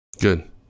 Good